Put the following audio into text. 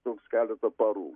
truks keletą parų